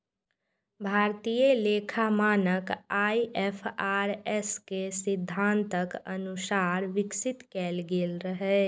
भारतीय लेखा मानक आई.एफ.आर.एस के सिद्धांतक अनुसार विकसित कैल गेल रहै